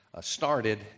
started